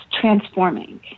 transforming